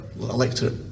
electorate